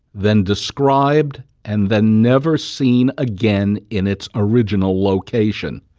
then described and then never seen again in its original location.